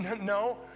No